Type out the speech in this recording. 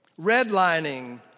redlining